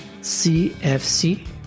CFC